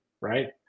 right